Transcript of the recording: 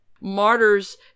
martyrs